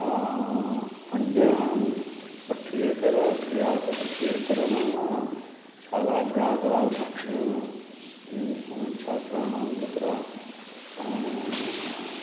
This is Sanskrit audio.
अन्य पठ्येतर क्रियासु पठ्येतर नाम शालाभ्यासात् छात्राणां तत्र